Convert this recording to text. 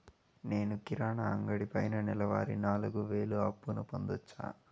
నేను కిరాణా అంగడి పైన నెలవారి నాలుగు వేలు అప్పును పొందొచ్చా?